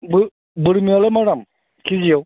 बोरमायालाय मा दाम केजियाव